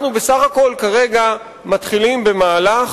אנחנו בסך הכול כרגע מתחילים במהלך.